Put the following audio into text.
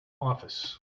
office